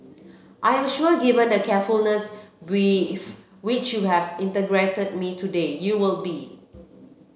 I am sure given the carefulness with which you have interrogated me today you will be